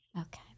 Okay